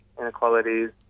inequalities